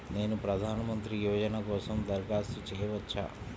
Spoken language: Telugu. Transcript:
నేను ప్రధాన మంత్రి యోజన కోసం దరఖాస్తు చేయవచ్చా?